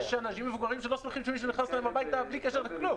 יש אנשים מבוגרים שלא שמחים שמישהו נכנס להם הביתה בלי קשר לכלום.